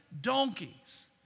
donkeys